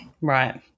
Right